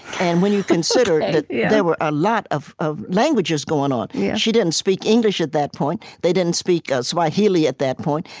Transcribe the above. and when you consider that there were a lot of of languages going on she didn't speak english, at that point. they didn't speak ah swahili, at that point.